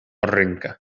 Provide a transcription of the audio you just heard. arrenca